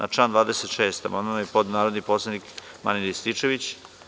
Na član 26. amandman je podneo narodni poslanik Marijan Rističević.